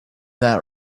that